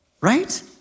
right